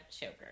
choker